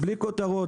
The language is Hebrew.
בלי כותרות.